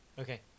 Okay